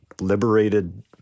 liberated